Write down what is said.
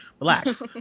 relax